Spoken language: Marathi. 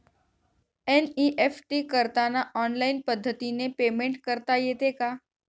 एन.ई.एफ.टी करताना ऑनलाईन पद्धतीने पेमेंट करता येते का?